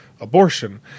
abortion